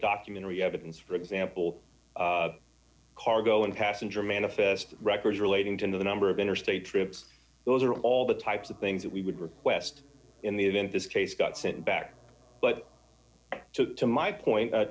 documentary evidence for example cargo and passenger manifest records relating to the number of interstate trips those are all the types of things that we would request in the event this case got sent back but to my point